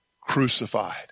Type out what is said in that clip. crucified